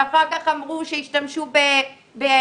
ואחר כך אמרו שהשתמשו בחוק